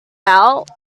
out